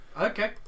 okay